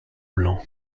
blanc